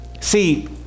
See